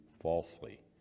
falsely